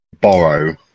borrow